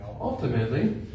ultimately